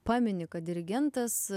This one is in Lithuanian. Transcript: pamini kad dirigentas